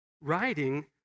writing